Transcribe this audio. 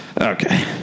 Okay